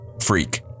freak